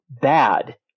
bad